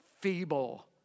feeble